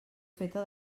feta